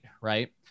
right